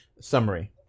summary